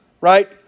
right